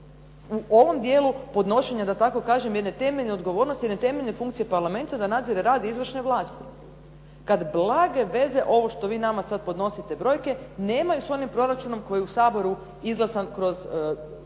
u ovom dijelu podnošenja da tako kažem jedne temeljne odgovornosti, jedne temeljne funkcije Parlamenta da nadzire rad izvršne vlasti kad blage veze ovo što vi nama sad podnosite brojke nemaju s onim proračunom koji je u Saboru izglasan kroz